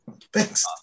Thanks